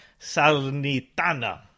Salnitana